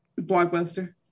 blockbuster